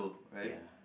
ya